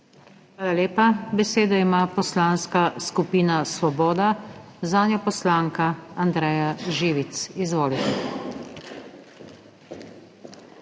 Hvala lepa. Besedo ima Poslanska skupina Svoboda, zanjo poslanka Andreja Živic. Izvolite.